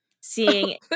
seeing